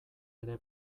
ere